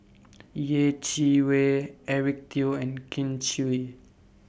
Yeh Chi Wei Eric Teo and Kin Chui